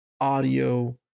audio